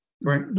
Right